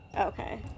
Okay